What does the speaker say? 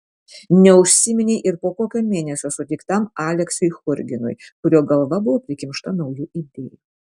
neužsiminei ir po kokio mėnesio sutiktam aleksiui churginui kurio galva buvo prikimšta naujų idėjų